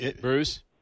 Bruce